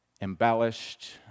embellished